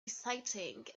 exciting